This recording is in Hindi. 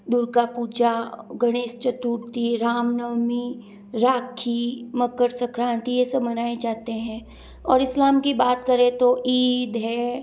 दुर्गा पूजा गणेश चतुर्थी रामनवमी राखी मकर संक्रांति यह सब मनाए जाते हैं और इस्लाम की बात करें तो ईद है